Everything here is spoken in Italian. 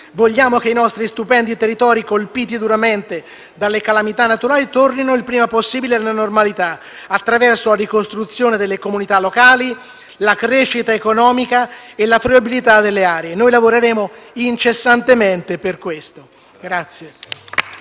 Vogliamo che i nostri stupendi territori colpiti duramente dalle calamità naturali tornino il prima possibile alla normalità, attraverso la ricostituzione delle comunità locali, la crescita economica e la fruibilità delle aree. Noi lavoreremo incessantemente per questo.